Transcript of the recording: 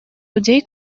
людей